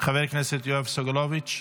חבר הכנסת יואב סגלוביץ'